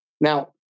Now